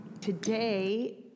Today